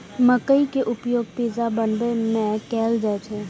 मकइ के उपयोग पिज्जा बनाबै मे कैल जाइ छै